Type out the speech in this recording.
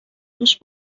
پوش